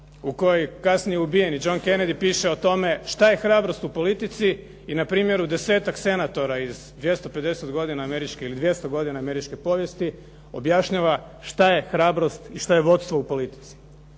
u kojoj kasnije ubijeni John Kennedy piše o tome šta je hrabrost u politici i na primjeru desetak senatora iz 250 godina ili 200 godina američke povijesti objašnjava šta je hrabrost i šta je vodstvo u politici.